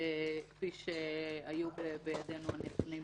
כפי שהיו בידינו הנתונים בשעתו,